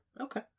Okay